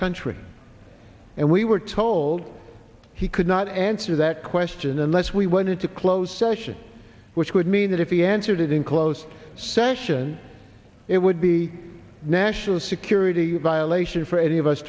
country and we were told he could not answer that question unless we went into closed session which would mean that if he entered it in closed session it would be national security violation for any of us